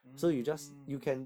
mm